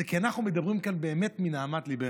זה כי אנחנו מדברים כאן באמת מנהמת ליבנו.